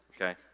Okay